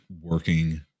working